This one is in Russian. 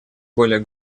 более